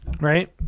Right